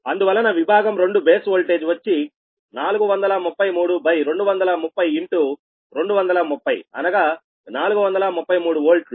అందువలన విభాగం 2 base voltage వచ్చి 433230230 అనగా 433 వోల్ట్ లు